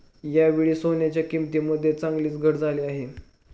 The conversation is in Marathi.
यावेळी सोन्याच्या किंमतीमध्ये चांगलीच घट झाली आहे